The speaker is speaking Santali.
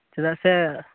ᱪᱮᱫᱟᱜ ᱥᱮ